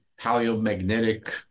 paleomagnetic